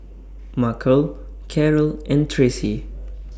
Markell Karol and Tracy